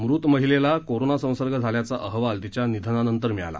मृत महिलेला कोरोना संसर्ग झाल्याचा अहवाल तिच्या निधनानंतर मिळाला